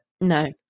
no